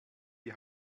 die